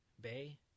bay